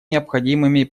необходимыми